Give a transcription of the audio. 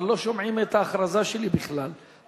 ההצעה להסיר מסדר-היום את הצעת חוק התכנון והבנייה (תיקון,